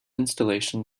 installation